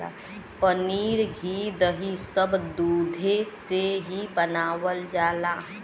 पनीर घी दही सब दुधे से ही बनावल जाला